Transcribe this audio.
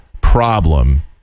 problem